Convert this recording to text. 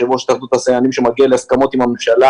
יושב ראש התאחדות התעשיינים שמגיע להסכמות עם הממשלה